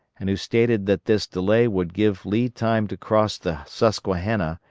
and who stated that this delay would give lee time to cross the susquehanna,